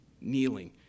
kneeling